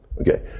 Okay